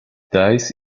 dice